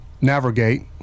navigate